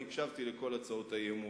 הקשבתי לכל הצעות האי-אמון.